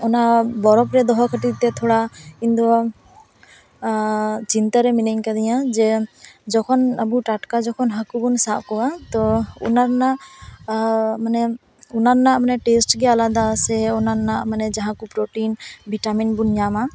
ᱚᱱᱟ ᱵᱚᱨᱚᱵᱽ ᱨᱮ ᱫᱚᱦᱚ ᱠᱷᱟᱹᱛᱤᱨ ᱛᱮ ᱛᱷᱚᱲᱟ ᱤᱧ ᱫᱚ ᱪᱤᱱᱛᱟᱹ ᱨᱮ ᱢᱤᱱᱟᱹᱧ ᱠᱟᱹᱫᱤᱧᱟᱹ ᱡᱮ ᱡᱚᱠᱷᱚᱱ ᱟᱵᱚ ᱴᱟᱴᱠᱟ ᱡᱚᱠᱷᱚᱱ ᱦᱟᱠᱩ ᱵᱚᱱ ᱥᱟᱵ ᱠᱚᱣᱟ ᱛᱚ ᱚᱱᱟ ᱨᱮᱱᱟᱜ ᱢᱟᱱᱮ ᱚᱱᱟ ᱨᱮᱱᱟᱜ ᱢᱟᱱᱮ ᱴᱮᱥᱴᱜᱮ ᱟᱞᱟᱫᱟ ᱥᱮ ᱚᱱᱟ ᱨᱮᱱᱟᱜ ᱢᱟᱱᱮ ᱡᱟᱦᱟᱸ ᱠᱚ ᱯᱳᱨᱚᱴᱤᱱ ᱵᱷᱤᱴᱟᱢᱤᱱ ᱵᱚᱱᱧᱟᱢᱟ